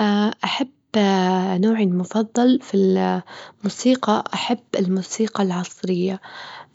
أه أحب نوعي المفضل في الموسيقى، أحب الموسيقى العصرية،